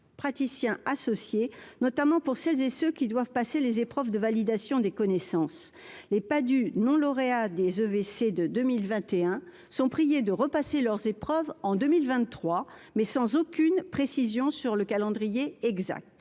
praticien associé notamment pour celles et ceux qui doivent passer les épreuves de validation des connaissances, les pas du nom lauréats des EVC de 2021 sont priés de repasser leurs épreuves en 2023, mais sans aucune précision sur le calendrier exact